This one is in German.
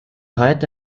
heute